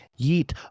yeet